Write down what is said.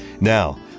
Now